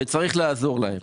וצריך לעזור להם.